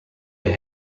your